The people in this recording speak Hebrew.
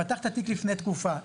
פתחת תיק לפני תקופה,